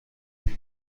کپی